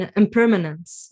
impermanence